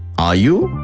are you?